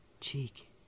cheek